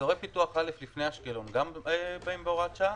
אזורי פיתוח א' לפני אשקלון, גם באים בהוראת שעה?